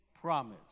promise